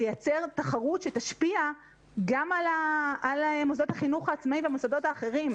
תייצר תחרות שתשפיע גם על מוסדות החינוך העצמאי והמוסדות האחרים.